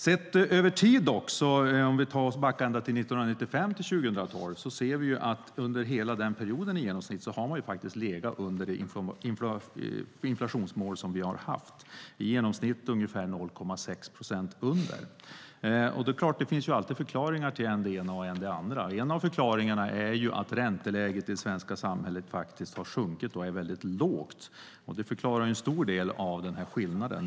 Sett över tid, om vi backar ända till 1995 och går fram till 2012, har man under hela den perioden i genomsnitt legat under det inflationsmål som vi har haft, i genomsnitt ungefär 0,6 procent under. Det finns alltid förklaringar till än det ena och än det andra. En av förklaringarna är att ränteläget i det svenska samhället har sjunkit och är väldigt lågt. Det förklarar en stor del av skillnaden.